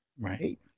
Right